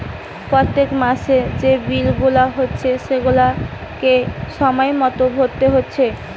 পোত্তেক মাসের যে বিল গুলা হচ্ছে সেগুলাকে সময় মতো ভোরতে হচ্ছে